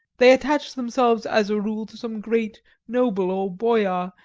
they attach themselves as a rule to some great noble or boyar,